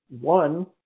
one